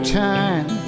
time